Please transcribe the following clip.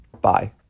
Bye